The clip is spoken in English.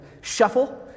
shuffle